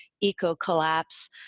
eco-collapse